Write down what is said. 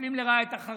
מפלים לרעה את החרדים,